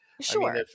Sure